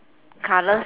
colours